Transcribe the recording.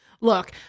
Look